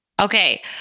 Okay